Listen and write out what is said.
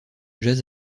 jazz